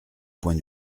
point